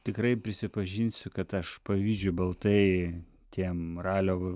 tikrai prisipažinsiu kad aš pavydžiu baltai tiem ralio